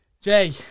jay